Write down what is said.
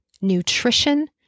nutrition